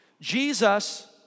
Jesus